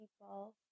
people